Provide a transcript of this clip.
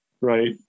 Right